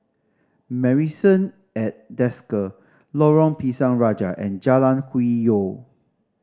Marrison at Desker Lorong Pisang Raja and Jalan Hwi Yoh